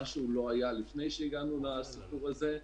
מה שהוא לא היה לפני שהגענו לסיפור הזה,